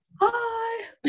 Hi